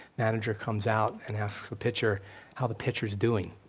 manager comes out and asks the pitcher how the pitcher's doing.